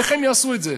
איך הן יעשו את זה?